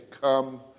Come